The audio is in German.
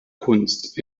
kunst